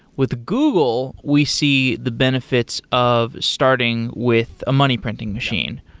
with google, we see the benefits of starting with a money printing machine.